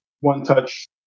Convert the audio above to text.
one-touch